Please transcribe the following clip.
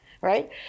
right